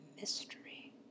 mystery